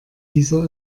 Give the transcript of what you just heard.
dieser